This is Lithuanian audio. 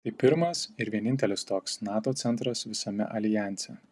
tai pirmas ir vienintelis toks nato centras visame aljanse